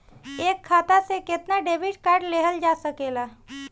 एक खाता से केतना डेबिट कार्ड लेहल जा सकेला?